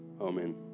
Amen